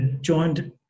joined